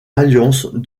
alliance